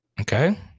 Okay